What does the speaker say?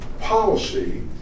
policy